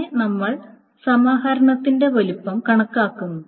പിന്നെ നമ്മൾ സമാഹരണത്തിന്റെ വലിപ്പം കണക്കാക്കുന്നു